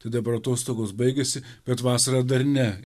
tai dabar atostogos baigėsi bet vasara dar ne